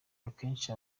akenshi